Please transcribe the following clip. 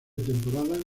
temporada